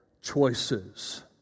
choices